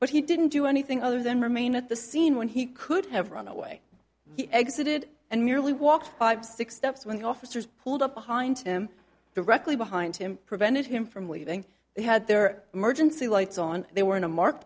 but he didn't do anything other than remain at the scene when he could have run away he exited and merely walked five six steps when the officers pulled up behind him directly behind him prevented him from leaving they had their emergency lights on they were in a mark